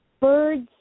Birds